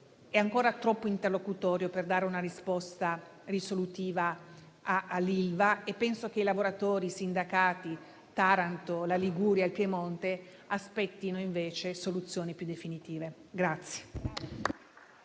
è ancora troppo interlocutorio per dare una risposta risolutiva all'Ilva e penso che lavoratori, sindacati, Taranto, la Liguria e il Piemonte aspettino invece soluzioni più definitive.